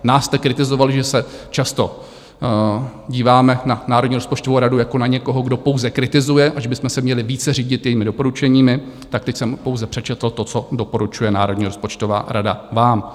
Nás jste kritizovali, že se často díváme na Národní rozpočtovou radu jako na někoho, kdo pouze kritizuje, a že bychom se měli více řídit jejími doporučeními, tak teď jsem pouze přečetl to, co doporučuje Národní rozpočtová rada vám.